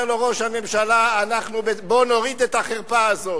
אומר לו ראש הממשלה: בוא נוריד את החרפה הזאת.